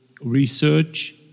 research